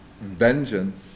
vengeance